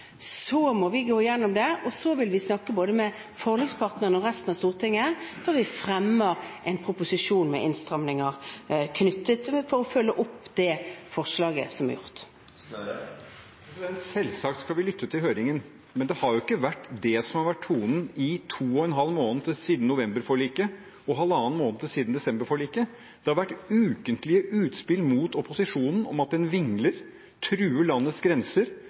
må gå gjennom det, og så vil vi snakke både med forlikspartnerne og med resten av Stortinget før vi fremmer en proposisjon om innstramninger, for å følge opp det forslaget som er fremmet. Selvsagt skal vi lytte til høringen, men det er jo ikke dette som har vært tonen i to og en halv måned, siden november-forliket, og i halvannen måned, siden desember-forliket. Det har vært ukentlige utspill mot opposisjonen om at den vingler, truer landets grenser,